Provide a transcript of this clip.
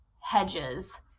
hedges